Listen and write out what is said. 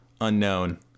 unknown